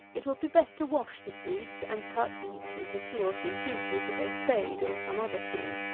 it will be best to wash the swedes and cut each into two or three pieces with a spade or some other tool.